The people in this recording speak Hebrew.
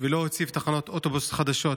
ולא הוסיף תחנות אוטובוס חדשות.